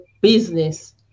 business